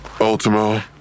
ultimo